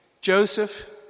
Joseph